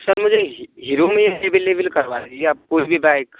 sir मुझे ही हीरो में एवैलेबल करवा दीजिए आप कोई भी बाइक